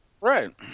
Right